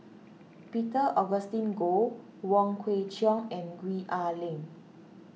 Peter Augustine Goh Wong Kwei Cheong and Gwee Ah Leng